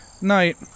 Night